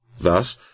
Thus